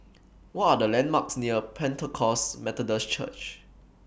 What Are The landmarks near Pentecost Methodist Church